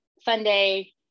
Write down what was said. Sunday